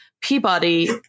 Peabody